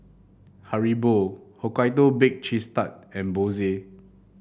Haribo Hokkaido Baked Cheese Tart and Bose